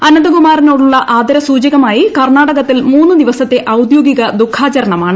അനന്തകുമാറിനോടുളള ആദരസൂചകമായി കർണ്ണാടകത്തിൽ മൂന്നു ദിവസത്തെ ഔദ്യോഗിക ദുഖാചരണമാണ്